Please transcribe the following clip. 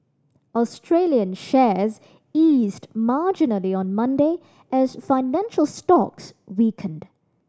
Australian shares eased marginally on Monday as financial stocks weakened